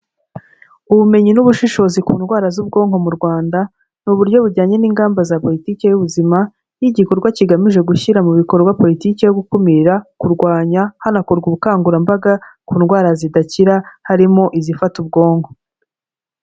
Ubumenyi n'ubushishozi ku ndwara z'ubwonko mu Rwanda, ni uburyo bujyanye n'ingamba za politiki y'ubuzima, ni igikorwa kigamije gushyira mu bikorwa politiki yo gukumira, kurwanya, hanakorwa ubukangurambaga ku ndwara zidakira harimo izifata ubwonko.